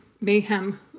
mayhem